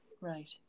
Right